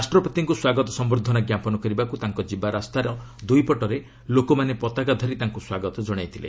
ରାଷ୍ଟ୍ରପତିଙ୍କୁ ସ୍ୱାଗତ ସମ୍ଭର୍ଦ୍ଧନା ଜ୍ଞାପନ କରିବାକୁ ତାଙ୍କ ଯିବା ରାସ୍ତାର ଦୁଇପଟେ ଲୋକମାନେ ପତାକା ଧରି ତାଙ୍କୁ ସ୍ୱାଗତ ଜଣାଇଥିଲେ